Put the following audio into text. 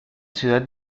ciudad